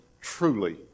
truly